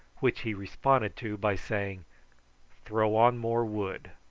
which he responded to by saying throw on more wood.